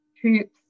troops